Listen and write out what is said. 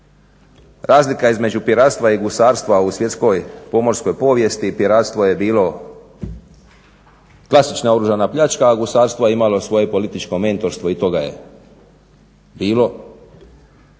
Razlika između piratstva i gusarstva u svjetskoj pomorskoj povijesti piratstvo je bilo klasična oružana pljačka a gusarstvo je imalo svoje političko mentorstvo i toga je bilo.